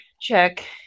check